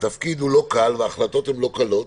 התפקיד הוא לא קל וההחלטות הן לא קלות,